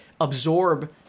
absorb